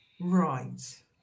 Right